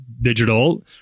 digital